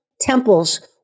temples